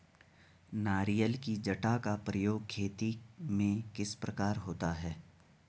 नारियल की जटा का प्रयोग खेती में किस प्रकार होता है?